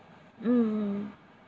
mm